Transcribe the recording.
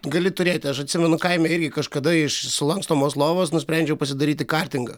gali turėti aš atsimenu kaime irgi kažkada iš sulankstomos lovos nusprendžiau pasidaryti kartingą